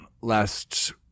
last